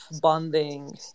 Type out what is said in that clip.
bonding